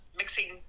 mixing